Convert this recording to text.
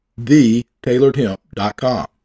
thetailoredhemp.com